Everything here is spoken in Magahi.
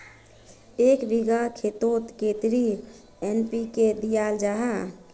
एक बिगहा खेतोत कतेरी एन.पी.के दियाल जहा?